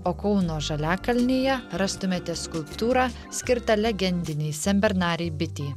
o kauno žaliakalnyje rastumėte skulptūrą skirtą legendinei senbernarei bitei